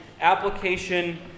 application